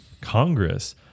congress